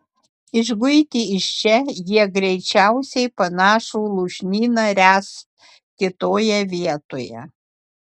išguiti iš čia jie greičiausiai panašų lūšnyną ręs kitoje vietoje